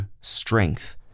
strength